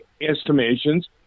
estimations